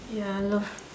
ya I love